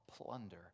plunder